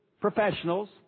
professionals